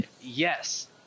yes